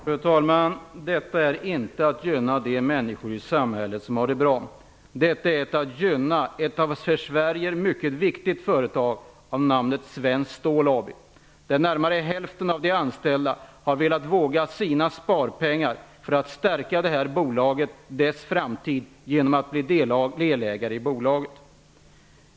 Fru talman! Detta är inte att gynna de människor i samhället som har det bra. Detta är att gynna ett för Sverige mycket viktigt företag med namnet Svenskt Stål AB. Närmare hälften av de anställda har velat våga sina sparpengar för att stärka bolagets framtid genom att bli delägare i bolaget.